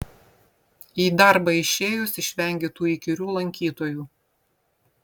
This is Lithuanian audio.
į darbą išėjus išvengi tų įkyrių lankytojų